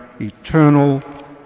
eternal